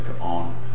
on